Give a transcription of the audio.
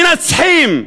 מנצחים.